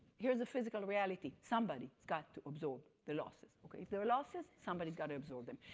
here's the physical reality, somebody's got to absorb the losses, okay? if there are losses, somebody's got to absorb them.